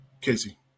Casey